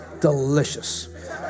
delicious